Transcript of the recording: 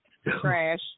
Crash